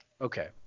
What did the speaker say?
Okay